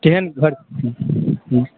कहन घर